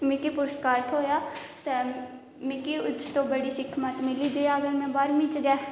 मिकी पुरस्कार थ्होएआ ते मिकी उस तू बड़ी सिक्खमत मिली जे आखदे ना में बाह्रमीं च गै